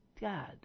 God